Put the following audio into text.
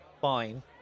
fine